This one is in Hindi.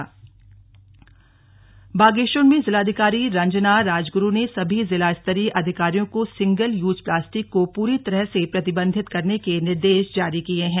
single use plastic Bageshwar Bageshwar में जिलाधिकारी रंजना राजग्रू ने सभी जिला स्तरीय अधिकारियों को सिंगल यूज प्लास्टिक को पूरी तरह से प्रतिबन्धित करने के निर्देश जारी किये हैं